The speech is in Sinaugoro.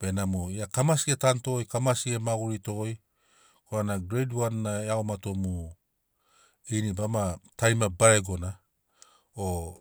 Benamo gia kamasi ge tanutogoi kamasi ge maguritogoi korana greid wan iagomato mu ini bama tarima baregona o